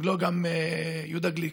לא, גם יהודה גליק.